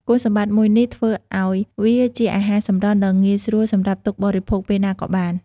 គុណសម្បត្តិមួយនេះធ្វើឲ្យវាជាអាហារសម្រន់ដ៏ងាយស្រួលសម្រាប់ទុកបរិភោគពេលណាក៏បាន។